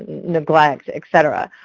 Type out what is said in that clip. neglect, et cetera.